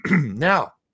Now